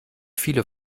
viele